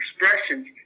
expressions